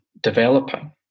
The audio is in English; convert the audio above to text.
developing